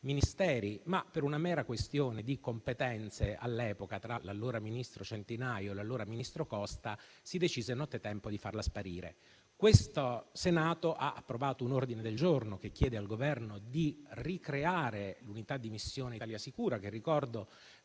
Ministeri. Tuttavia, per una mera questione di competenze all'epoca tra l'allora ministro Centinaio e l'allora ministro Costa, si decise nottetempo di farla sparire. Questo Senato ha approvato un ordine del giorno che chiede al Governo di ricreare l'unità di missione Italia sicura, che - lo ricordo